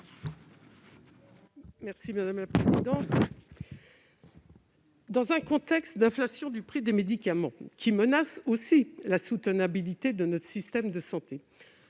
Mme Raymonde Poncet Monge. Dans un contexte d'inflation du prix des médicaments qui menace la soutenabilité de notre système de santé,